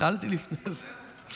אכלתי לפני זה.